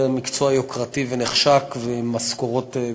מקצוע יוקרתי ונחשק ועם משכורות גבוהות.